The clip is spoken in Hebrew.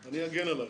הרגע הזה היה מגיע בכל